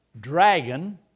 dragon